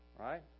right